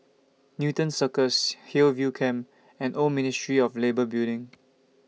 Newton Circus Hillview Camp and Old Ministry of Labour Building